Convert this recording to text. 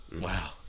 Wow